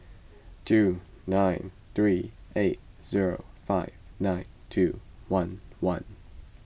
two nine three eight zero five nine two one one